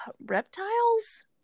reptiles